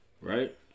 right